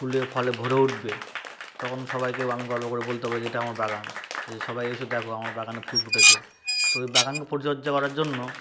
ফুলে ফলে ভরে উঠবে তখন সবাইকে আমি গর্ব করে বলতে পারি যে এটা আমার বাগান সবাই এসো দেখো আমার বাগানে ফুল ফুটেছে তো ওই বাগান পরিচর্যা করার জন্য